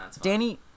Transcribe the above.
Danny